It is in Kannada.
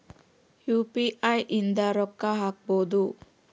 ಯು.ಪಿ.ಐ ಇಂದ ರೊಕ್ಕ ಹಕ್ಬೋದು